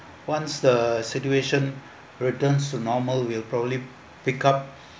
once the situation returns to normal will probably pick up